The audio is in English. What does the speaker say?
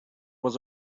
was